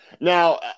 Now